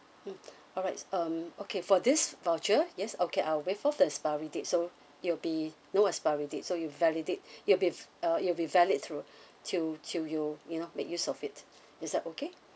mm alright um okay for this voucher yes okay I'll wave off of the expiry date so it'll be no expiry date so you validate it'll be~ uh it'll be valid through till till you you know make use of it is that okay